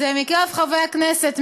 אז בקרב חברי הכנסת,